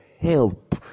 help